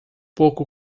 pouco